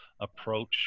approach